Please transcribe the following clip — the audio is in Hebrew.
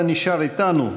אבל אתה נשאר איתנו,